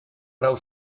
grau